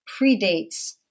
predates